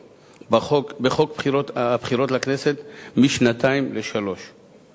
בחוק הבחירות לכנסת משנתיים לשלוש שנות מאסר,